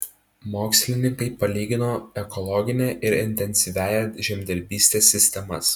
mokslininkai palygino ekologinę ir intensyviąją žemdirbystės sistemas